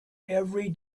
every